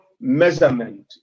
measurement